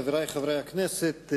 חברי חברי הכנסת,